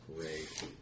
great